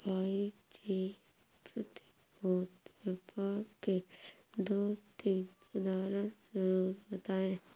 भाई जी प्रतिभूति व्यापार के दो तीन उदाहरण जरूर बताएं?